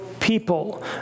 people